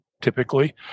typically